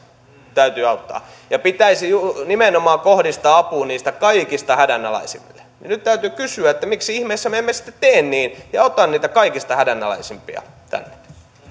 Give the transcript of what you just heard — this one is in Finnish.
täytyy auttaa ja pitäisi nimenomaan kohdistaa apu niille kaikista hädänalaisimmille nyt täytyy kysyä miksi ihmeessä me emme sitten tee niin ja ota niitä kaikista hädänalaisimpia tänne